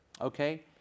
okay